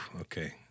okay